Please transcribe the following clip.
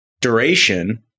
duration